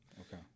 Okay